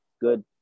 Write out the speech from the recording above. Good